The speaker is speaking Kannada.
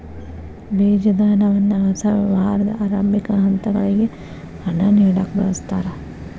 ಬೇಜದ ಹಣವನ್ನ ಹೊಸ ವ್ಯವಹಾರದ ಆರಂಭಿಕ ಹಂತಗಳಿಗೆ ಹಣ ನೇಡಕ ಬಳಸ್ತಾರ